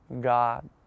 God